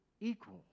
equal